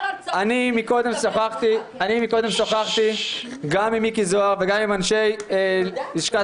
קודם שוחחתי גם עם מיקי זוהר וגם עם אנשי לשכת